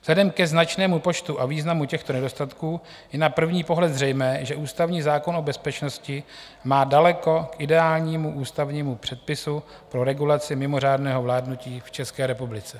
Vzhledem k značnému počtu a významu těchto nedostatků je na první pohled zřejmé, že ústavní zákon o bezpečnosti má daleko k ideálnímu ústavnímu předpisu pro regulaci mimořádného vládnutí v České republice.